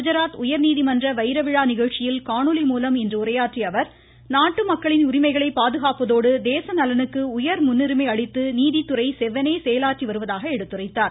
குஜராத் உயர்நீதிமன்ற வைரவிழா நிகழ்ச்சியில் காணொலி மூலம் இன்று உரையாற்றிய அவர் நாட்டு மக்களின் உரிமைகளை பாதுகாப்பதோடு தேச நலனுக்கு உயர் முன்னுரிமை அளித்து நீதித்துறை செவ்வனே செயலாற்றி வருவதாகவும் எடுத்துரைத்தார்